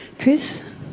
Chris